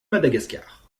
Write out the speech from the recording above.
madagascar